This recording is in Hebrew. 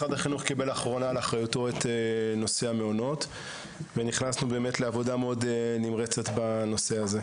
לאחרונה לאחריותו את נושא המעונות ונכנסנו לעבודה מאוד נמרצת בנושא הזה.